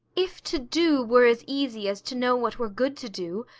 if to do were as easy as to know what were good to do,